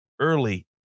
early